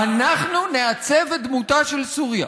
"אנחנו נעצב את דמותה של סוריה",